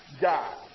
God